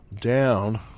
down